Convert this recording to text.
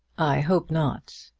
i hope not.